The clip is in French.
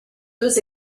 deux